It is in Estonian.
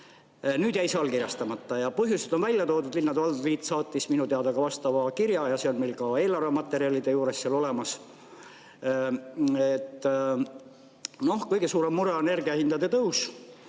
Nüüd jäi see allkirjastamata. Ja põhjused on välja toodud. Linnade-valdade liit saatis minu teada vastava kirja ja see on meil ka eelarvematerjalide juures olemas. Kõige suurem mure on energiahindade tõus.